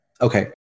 Okay